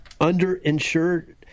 underinsured